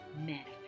manifest